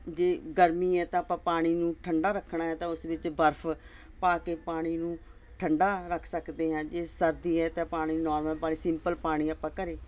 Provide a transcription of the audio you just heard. ਜੇ ਗਰਮੀ ਹੈ ਤਾਂ ਆਪਾਂ ਪਾਣੀ ਨੂੰ ਠੰਡਾ ਰੱਖਣਾ ਹੈ ਤਾਂ ਉਸ ਵਿੱਚ ਬਰਫ਼ ਪਾ ਕੇ ਪਾਣੀ ਨੂੰ ਠੰਡਾ ਰੱਖ ਸਕਦੇ ਹਾਂ ਜੇ ਸਰਦੀ ਹੈ ਤਾਂ ਪਾਣੀ ਨੋਰਮਲ ਪਾਣੀ ਸਿੰਪਲ ਪਾਣੀ ਆਪਾਂ ਘਰ